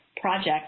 project